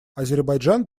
азербайджан